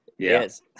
Yes